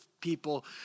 people